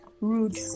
rude